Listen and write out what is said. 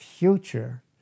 future